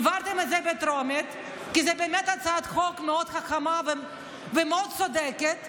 העברתם את זה בטרומית כי זו באמת הצעת חוק מאוד חכמה ומאוד צודקת,